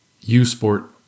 U-Sport